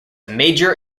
major